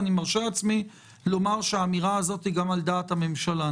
אני מרשה לעצמי לומר שהאמירה הזאת היא גם על דעת הממשלה.